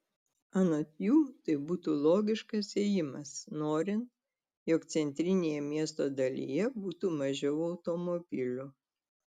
anot jų tai būtų logiškas ėjimas norint jog centrinėje miesto dalyje būtų mažiau automobilių